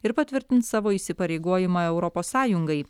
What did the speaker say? ir patvirtint savo įsipareigojimą europos sąjungai